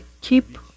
keep